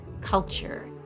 culture